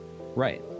Right